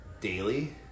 daily